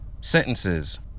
sentences